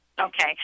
Okay